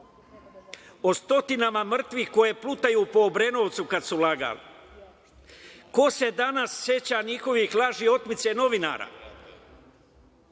o stotinama mrtvih koji plutaju po Obrenovcu, kad su lagali? Ko se danas seća njihovih laži o otmici novinara